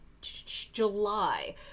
July